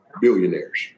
billionaires